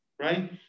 right